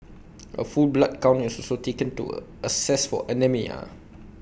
A full blood count is also taken to A assess for anaemia